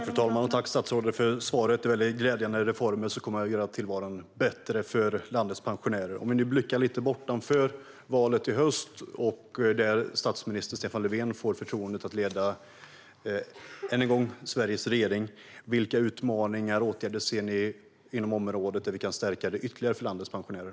Fru talman! Jag tackar statsrådet för svaret. Det är en glädjande reform som kommer att göra tillvaron bättre för landets pensionärer. Om vi blickar lite bortom valet i höst, och om statsministern Stefan Löfven än en gång får förtroendet att leda Sveriges regering, vilka utmaningar och åtgärder ser ni inom området för att ytterligare förbättra situationen för landets pensionärer?